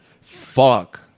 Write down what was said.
fuck